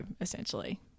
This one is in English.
essentially